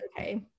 okay